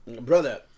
Brother